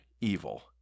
evil